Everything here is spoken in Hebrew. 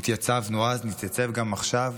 התייצבנו אז, נתייצב גם עכשיו.